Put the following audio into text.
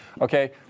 Okay